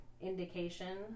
indication